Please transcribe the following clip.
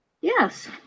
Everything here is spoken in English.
Yes